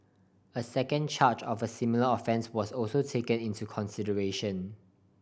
a second charge of a similar offence was also taken into consideration